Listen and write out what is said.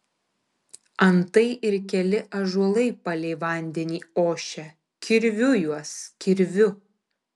antai ir keli ąžuolai palei vandenį ošia kirviu juos kirviu